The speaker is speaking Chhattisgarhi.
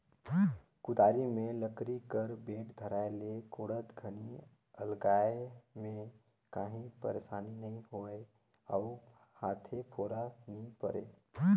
कुदारी मे लकरी कर बेठ धराए ले कोड़त घनी अलगाए मे काही पइरसानी नी होए अउ हाथे फोरा नी परे